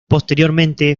posteriormente